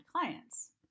clients